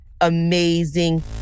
amazing